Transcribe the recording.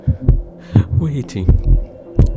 waiting